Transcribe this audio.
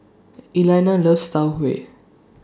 Elaina loves Tau Huay